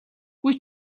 үгүй